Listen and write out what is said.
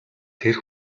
тэр